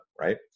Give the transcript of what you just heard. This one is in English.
right